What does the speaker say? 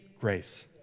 grace